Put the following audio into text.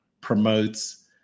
promotes